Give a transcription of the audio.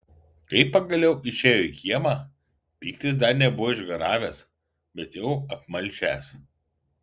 kai pagaliau išėjo į kiemą pyktis dar nebuvo išgaravęs bet jau apmalšęs